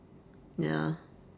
ya